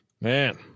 Man